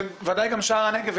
ובוודאי גם שאר הנגב,